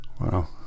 wow